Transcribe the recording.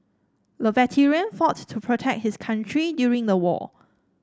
the veteran fought to protect his country during the war